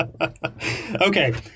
Okay